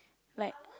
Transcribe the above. like